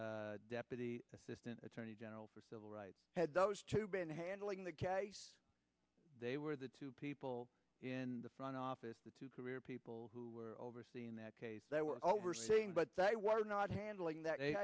acting deputy assistant attorney general for civil rights had those two been handling the case they were the two people in the front office the two career people who were overseeing that case they were overseeing but they were not handling that they